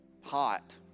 Hot